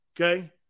Okay